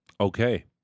Okay